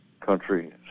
country